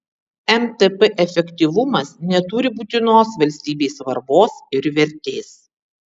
mtp efektyvumas neturi būtinos valstybei svarbos ir vertės